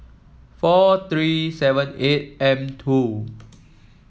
four three seven eight M two